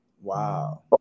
Wow